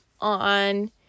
on